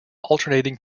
alternating